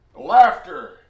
Laughter